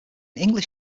english